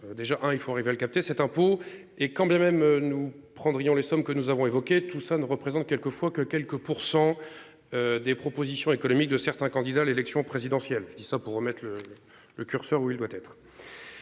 déjà hein, il faut arriver à le capter cet impôt et quand bien même nous prendrions les sommes que nous avons évoqués tout ça ne représente quelque fois que quelques pour 100. Des propositions économiques de certains candidats à l'élection présidentielle. Dis ça pour remettre. Le curseur où il doit être.--